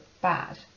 bad